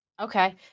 Okay